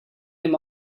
him